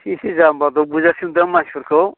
एसे एसे जाम्बादब गोजासो नुदां मानसिफोरखौ